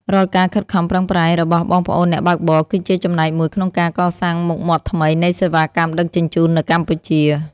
រាល់ការខិតខំប្រឹងប្រែងរបស់បងប្អូនអ្នកបើកបរ គឺជាចំណែកមួយក្នុងការកសាងមុខមាត់ថ្មីនៃសេវាកម្មដឹកជញ្ជូននៅកម្ពុជា។